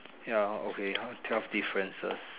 ya okay ah twelve differences